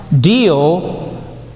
deal